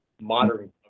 modern